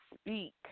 speak